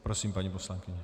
Prosím, paní poslankyně.